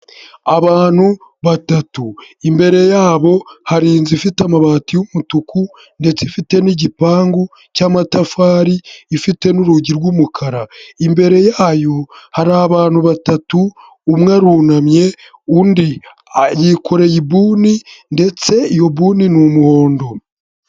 Abantu batatu, imbere yabo hari inzu ifite amabati y'umutuku ndetse ifite n'igipangu cy'amatafari, ifite n'urugi rw'umukara, imbere yayo hari abantu batatu, umwe arunamye undi yikoreye ibuni ndetse iyo buni ni umuhondo.